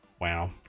Wow